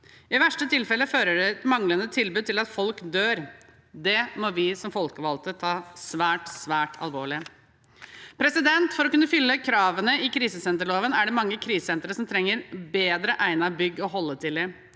I verste fall fører manglende tilbud til at folk dør. Det må vi som folkevalgte ta svært alvorlig. For å kunne oppfylle kravene i krisesenterloven er det mange krisesentre som trenger mer egnede bygg å holde til i.